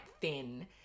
thin